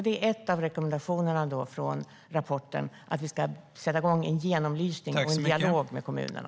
Det är en av rekommendationerna från rapporten att man ska sätta i gång med en genomlysning i dialog med kommunerna.